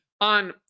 on